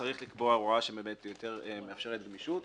צריך לקבוע הוראה שמאפשרת גמישות,